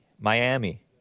Miami